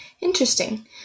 Interesting